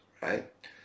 right